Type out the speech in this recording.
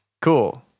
Cool